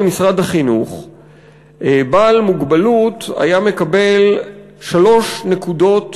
במשרד החינוך בעל מוגבלות היה מקבל שלוש נקודות